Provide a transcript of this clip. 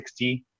60